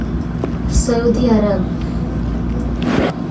ᱥᱳᱣᱫᱤ ᱟᱨᱚᱵ